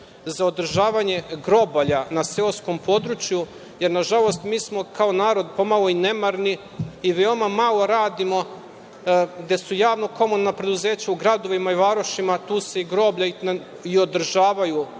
za održavanje grobalja na seoskom području, jer nažalost, mi smo kao narod po malo i nemarni i veoma malo radimo, gde su javno komunalna preduzeća u gradovima i varošima tu se i groblja i održavaju